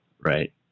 Right